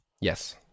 Yes